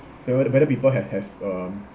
whe~ whether people have have um